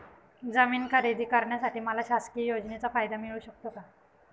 जमीन खरेदी करण्यासाठी मला शासकीय योजनेचा फायदा मिळू शकतो का?